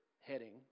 heading